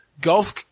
golf